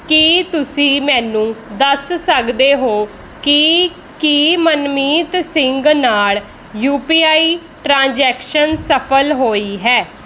ਕੀ ਤੁਸੀਂ ਮੈਨੂੰ ਦੱਸ ਸਕਦੇ ਹੋ ਕਿ ਕੀ ਮਨਮੀਤ ਸਿੰਘ ਨਾਲ਼ ਯੂ ਪੀ ਆਈ ਟ੍ਰਾਂਜੈਕਸ਼ਨ ਸਫਲ ਹੋਈ ਹੈ